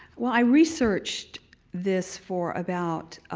well, i researched this for about